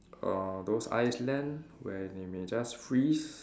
uh those ice land where they may just freeze